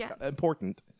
important